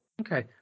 Okay